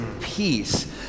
peace